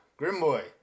Grimboy